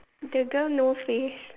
the girl no face